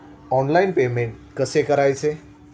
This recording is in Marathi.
ऑनलाइन पेमेंट कसे करायचे?